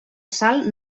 sal